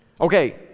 Okay